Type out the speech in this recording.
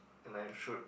and I should